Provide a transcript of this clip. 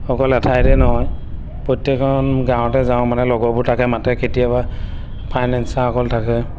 অকল এঠাইতে নহয় প্ৰত্যেকখন গাঁৱতে যাওঁ মানে লগৰবোৰ থাকে মাতে কেতিয়াবা ফাইনেন্সাৰসকল থাকে